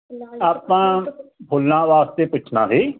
ਆਪਾਂ ਫੁੱਲਾਂ ਵਾਸਤੇ ਪੁੱਛਣਾ ਸੀ